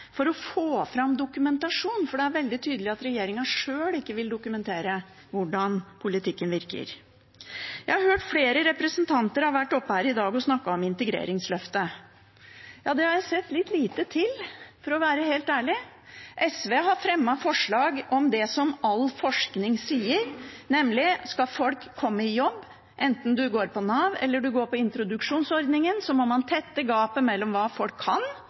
for å få fram dokumentasjon, for det er veldig tydelig at regjeringen sjøl ikke vil dokumentere hvordan politikken virker. Jeg har hørt flere representanter være oppe her i dag og snakke om integreringsløftet. Det har jeg sett litt lite til, for å være helt ærlig. SV har fremmet forslag om det som all forskning sier, nemlig at skal folk komme i jobb, enten man går på Nav, eller man går på introduksjonsordningen, må man tette gapet mellom hva folk kan,